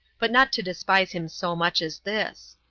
but not to despise him so much as this.